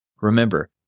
Remember